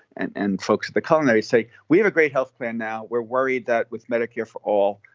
and and folks, the culinary say we have a great health plan now. we're worried that with medicare for all,